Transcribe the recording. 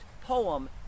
poem